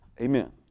Amen